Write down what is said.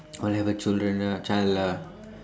whatever children ah child lah